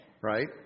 Right